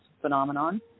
phenomenon